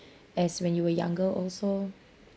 as when you were younger also